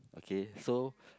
okay so